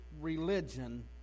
religion